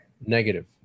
negative